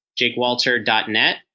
JakeWalter.net